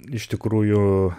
iš tikrųjų